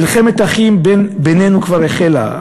מלחמת אחים בינינו כבר החלה.